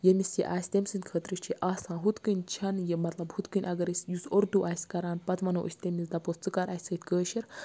ییٚمِس یہِ آسہِ تٔمۍ سٕنٛدِ خٲطرٕ چھِ یہِ آسان ہُتھ کنۍ چھَنہٕ یہِ مَطلَب ہُتھ کنۍ اَگَر أسۍ یُس اردوٗ آسہِ کَران پَتہٕ وَنو أسۍ تٔمِس دَپوس ژٕ کَر اَسہِ سۭتۍ کٲشٕر